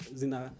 zina